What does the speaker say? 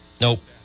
nope